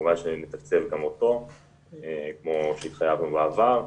כמובן שנתקצב גם אותו כמו שהתחייבנו בעבר.